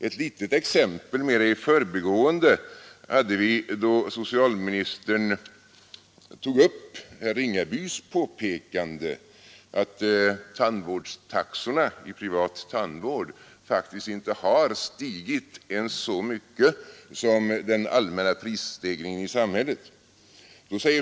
Ett litet exempel hade vi mera i förbigående då socialministern tog upp herr Ringabys påpekande att tandvårdstaxorna i privat tandvård faktiskt inte har stigit ens så mycket som den allmänna prisstegringen i samhället.